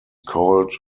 called